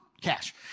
cash